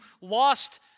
lost